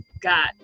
got